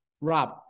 Rob